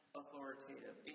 authoritative